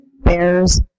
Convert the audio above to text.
bears